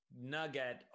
nugget